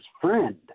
friend